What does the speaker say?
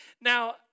Now